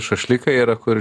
šašlyką yra kur